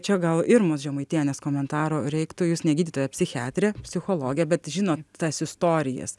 čia gal ir mums žemaitienės komentaro rei jūs ne gydytoja psichiatrė psichologė bet žinot tas istorijas